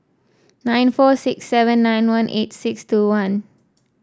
nine four six seven nine one eight six two one